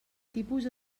tipus